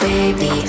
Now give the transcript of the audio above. Baby